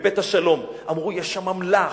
ב"בית השלום" אמרו: יש שם אמל"ח,